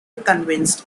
conceived